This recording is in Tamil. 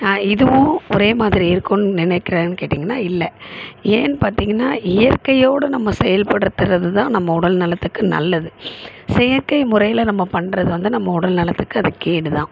இதுவும் ஒரேமாதிரி இருக்கும்னு நினைக்கிறேன்னு கேட்டிங்கனா இல்லை ஏன்னு பார்த்திங்கனா இயற்கையோடு நம்ம செயல்படுத்துகிறது தான் நம்ம உடல் நலத்துக்கு நல்லது செயற்கை முறையில் நம்ம பண்ணுறது வந்து நம்ம உடல் நலத்துக்கு அது கேடு தான்